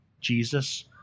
Jesus